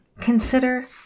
Consider